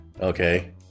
okay